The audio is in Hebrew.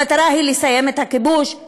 המטרה היא לסיים את הכיבוש,